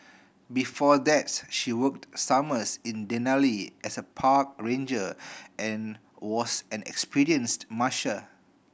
before that's she worked summers in Denali as a park ranger and was an experienced musher